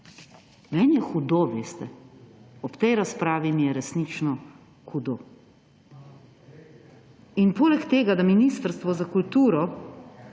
Meni je hudo, veste, ob tej razpravi mi je resnično hudo. Poleg tega, da Ministrstvo za kulturo